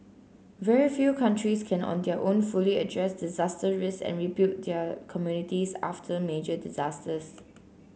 very few countries can on their own fully address disaster risks and rebuild their communities after major disasters